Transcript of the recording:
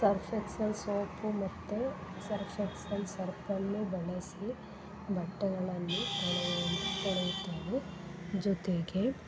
Surf Excel soap ಮತ್ತು Surf Excel ಸರ್ಪನ್ನು ಬಳಸಿ ಬಟ್ಟೆಗಳನ್ನು ತೊಳೆಯುತ್ತೇನೆ ಜೊತೆಗೆ